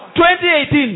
2018